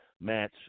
Match